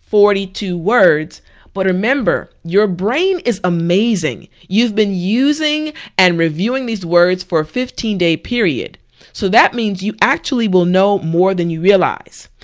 forty two words but remember your brain is amazing, you've been using and reviewing these words for a fifteen day period so that means you actually will know more than you realize.